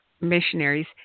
missionaries